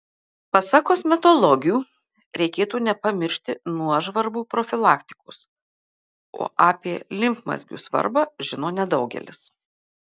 pasak kosmetologių reikėtų nepamiršti nuožvarbų profilaktikos o apie limfmazgių svarbą žino nedaugelis